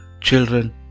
children